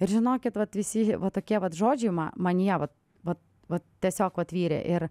ir žinokit vat visi va tokie vat žodžiai man manyje vat vat vat tiesiog vat virė ir